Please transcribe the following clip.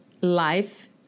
life